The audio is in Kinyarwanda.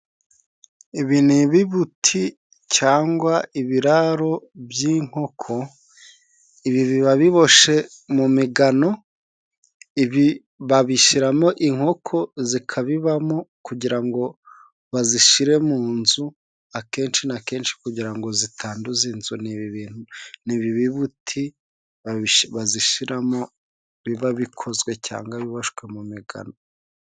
Ibi ni ibibuti cangwa ibiraro by'inkoko, ibi biba biboshe mu migano, ibi babishiramo inkoko zikabibamo, kugira ngo bazishire mu nzu, akenshi na kenshi kugira ngo zitanduza inzu, ni ibi bintu, ni ibi bibuti bazishiramo biba bikozwe cyangwa bibashwe mu migano.